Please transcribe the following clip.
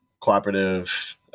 cooperative